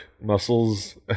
muscles